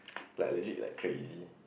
like legit like crazy